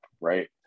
right